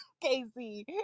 Casey